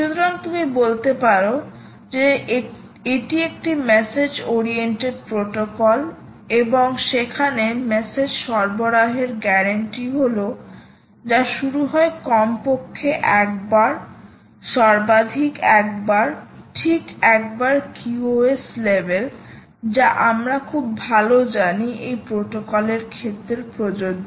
সুতরাং তুমি বলতে পারো যে এটি একটি মেসেজ ওরিয়েন্টেড প্রোটোকল এবং সেখানেমেসেজ সরবরাহের গ্যারান্টি হল যা শুরু হয় কমপক্ষে একবার সর্বাধিক একবার ঠিক একবার QoS স্তর যা আমরা খুব ভাল জানি এই প্রোটোকলের ক্ষেত্রে প্রযোজ্য